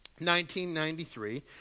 1993